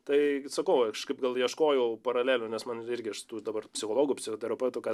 tai sakau kažkaip gal ieškojau paralelių nes man irgi aš tų dabar psichologu psichoterapeutu ką